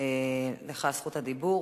לך זכות הדיבור.